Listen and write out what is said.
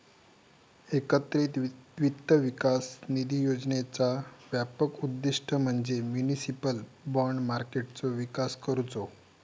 एकत्रित वित्त विकास निधी योजनेचा व्यापक उद्दिष्ट म्हणजे म्युनिसिपल बाँड मार्केटचो विकास करुचो